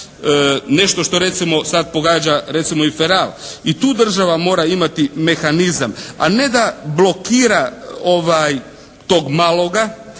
Nešto što recimo sad pogađa recimo i "Feral". I tu država mora imati mehanizam, a ne da blokira tog maloga,